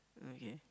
okay